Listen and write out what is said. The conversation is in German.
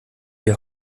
die